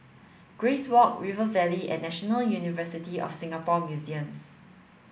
Grace Walk River Valley and National University of Singapore Museums